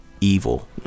Evil